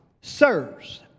Sirs